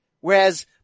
Whereas